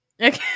okay